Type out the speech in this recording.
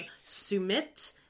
Sumit